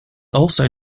also